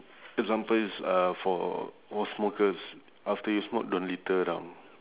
example is uh for for smokers after you smoke don't litter around